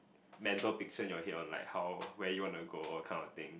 mental picture in your head on like how where you wanna go that kind of thing